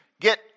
get